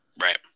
Right